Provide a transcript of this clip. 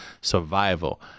survival